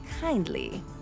kindly